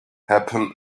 happen